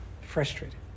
frustrated